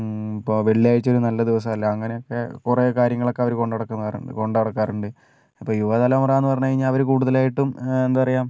ഇപ്പോൾ വെള്ളിയാഴ്ച ഒരു നല്ല ദിവസം അല്ല അങ്ങനെയൊക്കേ കുറേ കാര്യങ്ങളൊക്കേ അവർ കൊണ്ട് നടക്കുന്നവരാണ് കൊണ്ട് നടക്കാറുണ്ട് അപ്പോൾ യുവതലമുറ എന്ന് പറഞ്ഞു കഴിഞ്ഞാൽ അവർ കൂടുതൽ ആയിട്ടും എന്താ പറയുക